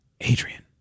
Adrian